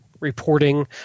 reporting